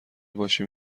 باشیم